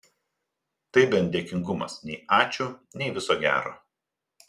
tai bent dėkingumas nei ačiū nei viso gero